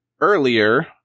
earlier